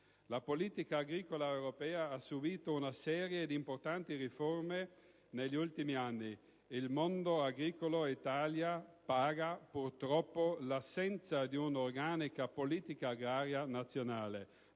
La politica agricola europea ha subito una serie di importanti riforme negli ultimi anni. Il mondo agricolo in Italia paga purtroppo l'assenza di un'organica politica agraria nazionale.